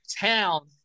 town